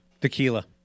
tequila